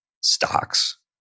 stocks